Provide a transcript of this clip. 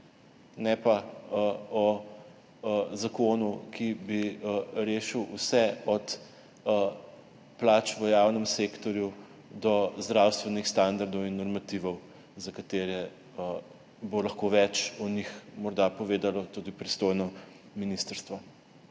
ne pa o zakonu, ki bi rešil vse, od plač v javnem sektorju do zdravstvenih standardov in normativov, o katerih bo lahko več morda povedalo tudi pristojno ministrstvo.